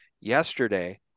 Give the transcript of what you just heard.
yesterday